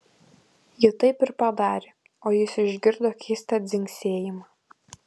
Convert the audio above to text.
ji taip ir padarė o jis išgirdo keistą dzingsėjimą